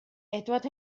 edward